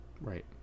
right